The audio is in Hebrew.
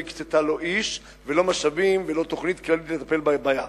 הקצתה לא איש ולא משאבים ולא תוכנית כדי לטפל בבעיה.